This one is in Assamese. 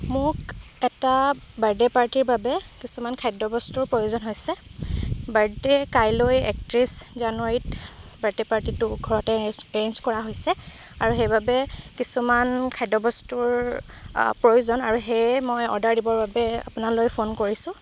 মোক এটা বাৰ্থডে পাৰ্টিৰ বাবে কিছুমান খাদ্যবস্তুৰ প্ৰয়োজন হৈছে বাৰ্থডে কাইলৈ একত্ৰিছ জানুৱাৰীত বাৰ্থডে পাৰ্টিটো ঘৰতে এৰেচ এৰেঞ্জ কৰা হৈছে আৰু সেইবাবে কিছুমান খাদ্য বস্তুৰ প্ৰয়োজন আৰু সেয়ে মই অৰ্ডাৰ দিবৰ বাবে আপোনালৈ ফ'ন কৰিছোঁ